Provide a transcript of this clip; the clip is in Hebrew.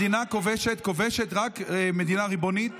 מדינה כובשת רק מדינה ריבונית.